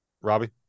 Robbie